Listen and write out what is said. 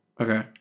Okay